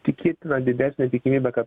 tikėtina didesnė tikimybė kad